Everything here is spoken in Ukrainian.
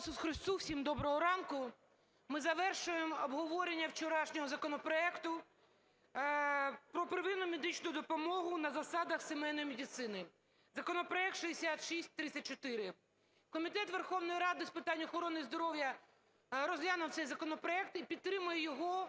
доброго ранку. Ми завершуємо обговорення вчорашнього законопроекту про первинну медичну допомогу на засадах сімейної медицини (законопроект 6634). Комітет Верховної Ради з питань охорони здоров'я розглянув цей законопроект і підтримує його